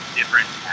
different